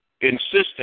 insisting